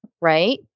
right